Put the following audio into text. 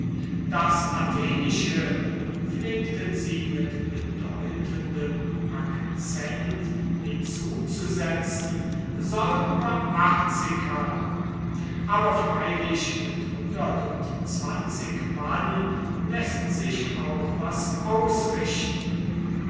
das atheniensische pflegten sie mit bedeutendem accent hinzuzusetzen soll nur achtzig haben aber freilich mit hundertundzwanzig mann läßt sich auch was ausrichten